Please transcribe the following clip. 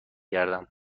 گردم